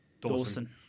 Dawson